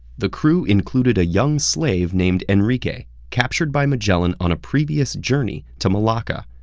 the crew included a young slave named enrique, captured by magellan on a previous journey to malacca,